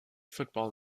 football